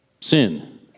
sin